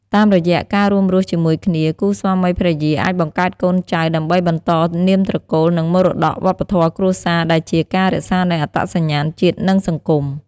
តាមរយៈការរួមរស់ជាមួយគ្នា គូស្វាមីភរិយាអាចបង្កើតកូនចៅ ដើម្បីបន្តនាមត្រកូល និងមរតកវប្បធម៌គ្រួសារ ដែលជាការរក្សានូវអត្តសញ្ញាណជាតិ និងសង្គម។